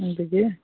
ଏମିତିକି